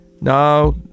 now